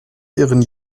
ihren